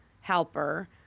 helper